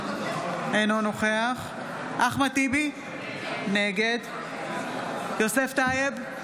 אינו נוכח אחמד טיבי, נגד יוסף טייב,